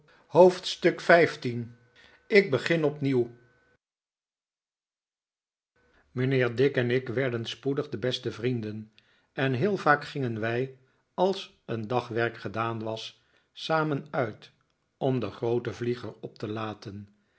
ik begin opnieuw mijnheer dick en ik werden spoedig de beste vrienden en heel vaak gingen wij als zijn dagwerk gedaan was samen uit om den grooten vlieger op te laten